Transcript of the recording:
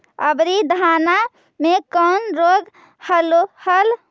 अबरि धाना मे कौन रोग हलो हल?